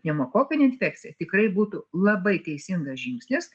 pneumokokinę infekciją tikrai būtų labai teisingas žingsnis